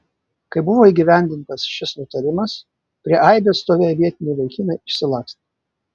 kai buvo įgyvendintas šis nutarimas prie aibės stovėję vietiniai vaikinai išsilakstė